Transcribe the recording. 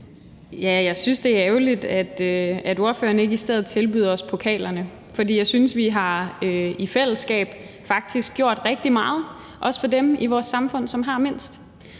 Jeg synes, det er ærgerligt, at ordføreren ikke i stedet tilbyder os pokalerne, for jeg synes faktisk, vi i fællesskab har gjort rigtig meget, også for dem i vores samfund, som har mindst.